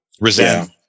resent